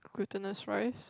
glutinous rice